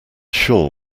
sure